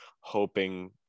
hoping